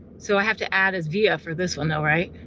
so i have to add as via for this one though, right?